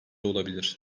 olabilir